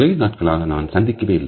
வெகு நாட்களாக நான் சந்திக்கவே இல்லை